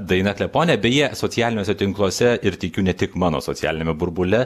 daina kleponė beje socialiniuose tinkluose ir tikiu ne tik mano socialiniame burbule